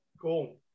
Cool